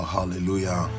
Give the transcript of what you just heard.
hallelujah